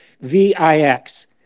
VIX